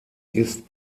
ist